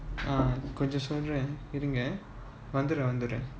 ah because this one right இருங்க வந்துடுறேன் வந்துடுறேன்:irunga vanthuduren vanthuduren